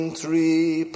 three